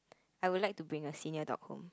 I would like to bring a senior dog home